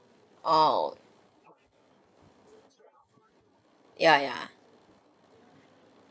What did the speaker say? oo ya ya